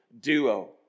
duo